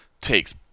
takes